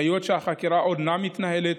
היות שהחקירה עודנה מתנהלת,